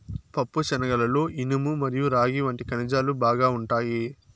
పప్పుశనగలలో ఇనుము మరియు రాగి వంటి ఖనిజాలు బాగా ఉంటాయి